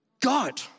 God